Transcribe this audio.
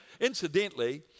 incidentally